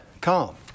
calm